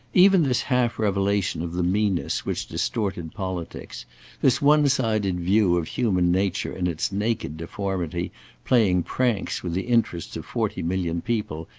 even this half revelation of the meanness which distorted politics this one-sided view of human nature in its naked deformity playing pranks with the interests of forty million people,